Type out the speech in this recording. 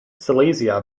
silesia